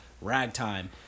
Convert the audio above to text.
ragtime